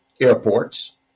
airports